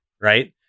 right